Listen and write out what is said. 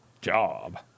job